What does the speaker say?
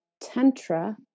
Tantra